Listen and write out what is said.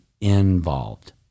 involved